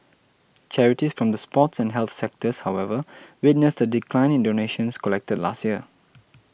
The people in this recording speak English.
charities from the sports and health sectors however witnessed a decline in donations collected last year